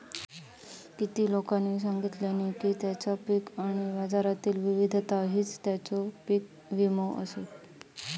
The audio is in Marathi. किती लोकांनी सांगल्यानी की तेंचा पीक आणि बाजारातली विविधता हीच तेंचो पीक विमो आसत